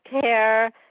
care